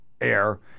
air